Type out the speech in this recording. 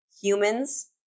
humans